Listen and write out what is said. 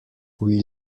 will